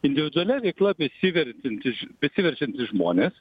individualia veikla besiverčiantys besiverčiantys žmonės